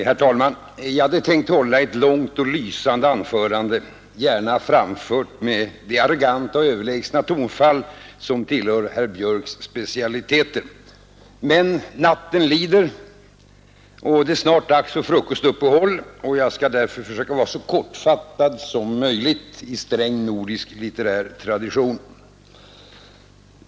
Herr talman! Jag hade tänkt att hålla ett långt och lysande anförande, gärna framfört med det arroganta och överlägsna tonfall som tillhör herr Björks i Göteborg specialiteter. Men natten lider och det är snart dags för frukostuppehåll; jag skall därför försöka vara så kortfattad som möjligt i sträng nordisk litterär tradition.